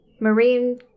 marine